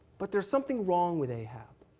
but there's something wrong with ahab.